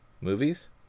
movies